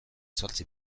zortzi